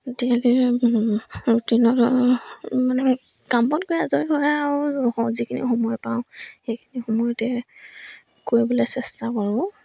daily ৰুটিনত মানে কাম বন কৰি আজৰি হয় আৰু যিখিনি সময় পাওঁ সেইখিনি সময়তে কৰিবলৈ চেষ্টা কৰোঁ